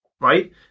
right